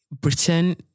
Britain